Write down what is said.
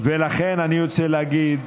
ולכן אני רוצה להגיד